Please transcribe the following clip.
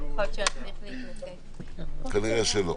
כנראה שלא.